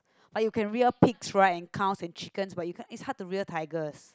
oh you can rear pigs right and cows and chickens but you can't it's hard to rear tigers